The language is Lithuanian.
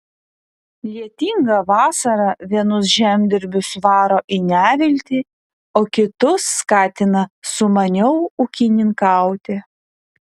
lietinga vasara vienus žemdirbius varo į neviltį o kitus skatina sumaniau ūkininkauti